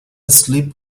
slip